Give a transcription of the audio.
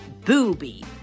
booby